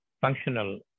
functional